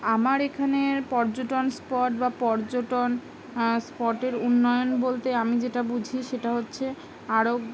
আমার এখানের পর্যটন স্পট বা পর্যটন স্পটের উন্নয়ন বলতে আমি যেটা বুঝি সেটা হচ্ছে আরও